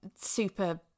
super